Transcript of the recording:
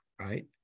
right